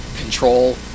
control